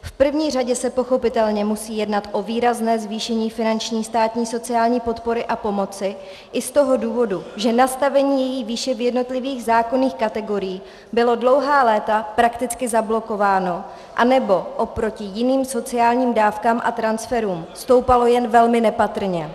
V první řadě se pochopitelně musí jednat o výrazné zvýšení finanční státní sociální podpory a pomoci i z toho důvodu, že nastavení její výše v jednotlivých zákonných kategoriích bylo dlouhá léta prakticky zablokováno anebo oproti jiným sociálním dávkám a transferům stoupalo jen velmi nepatrně.